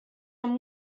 amb